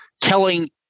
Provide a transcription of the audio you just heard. telling –